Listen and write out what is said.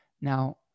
Now